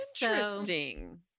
Interesting